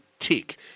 Tick